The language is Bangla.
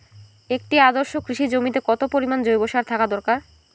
একটি আদর্শ কৃষি জমিতে কত পরিমাণ জৈব সার থাকা দরকার?